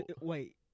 wait